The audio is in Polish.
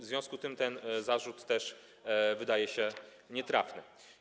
W związku z tym ten zarzut też wydaje się nietrafny.